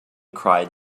cried